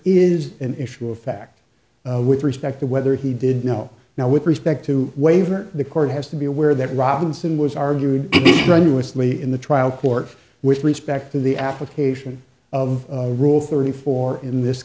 is an issue of fact with respect to whether he did know now with respect to waiver the court has to be aware that robinson was argued strenuously in the trial court with respect to the application of rule thirty four in this